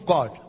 God